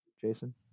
Jason